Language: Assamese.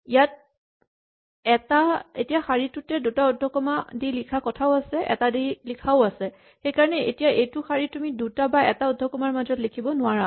ইয়াত এতিয়া শাৰীটোতে দুটা উদ্ধকমা দি লিখা কথাও আছে এটা দি লিখাও আছে সেইকাৰণে এতিয়া এইটো শাৰী তুমি দুটা বা এটা উদ্ধকমাৰ মাজত লিখিব নোৱাৰা